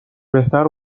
بهتر